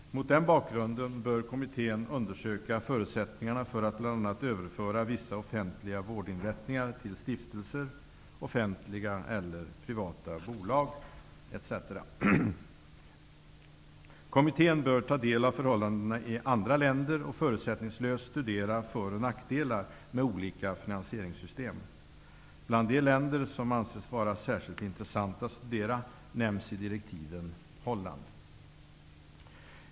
Mot den bakgrunden bör kommittén undersöka förutsättningarna för bl.a. ett överförande av vissa offentliga vårdinrättningar till stiftelser, offentliga eller privata bolag etc. Kommittén bör ta del av förhållandena i andra länder och förutsättningslöst studera för och nackdelar med olika finansieringssystem. Ett av de länder som anses vara särskilt intressant att studera och som nämns i direktiven är Holland.